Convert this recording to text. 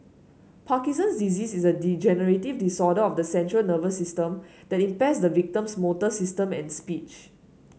Parkinson's disease is a degenerative disorder of the central nervous system that impairs the victim's motor system and speech